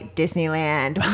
disneyland